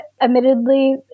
admittedly